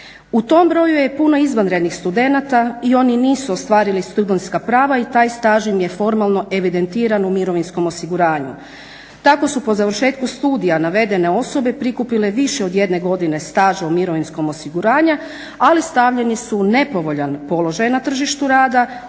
U tom broju je puno izvanrednih studenata i oni nisu ostvarili studenska prava i taj staž im je formalno evidentiran u mirovinskom osiguranju. Tako su po završetku studija navedene osobe prikupile više od 1 godine staža u mirovinskom osiguranju, ali stavljeni su u nepovoljan položaj na tržištu rada